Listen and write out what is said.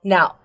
Now